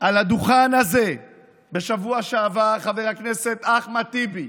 על הדוכן הזה בשבוע שעבר חבר הכנסת אחמד טיבי,